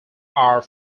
are